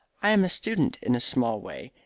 i am a student in a small way,